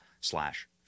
slash